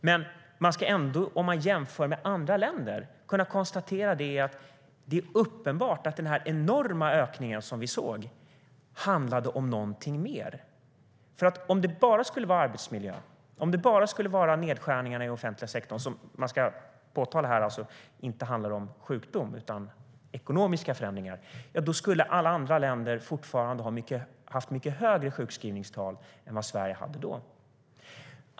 Men man ska ändå, om man jämför med andra länder, kunna konstatera att det är uppenbart att den enorma ökning som vi såg handlade om någonting mer. Om det bara skulle vara arbetsmiljön och om det bara skulle vara nedskärningarna i den offentliga sektorn - man ska påpeka att det alltså inte handlar om sjukdom utan om ekonomiska förändringar - skulle alla andra länder fortfarande ha haft mycket högre sjukskrivningstal än vad Sverige hade.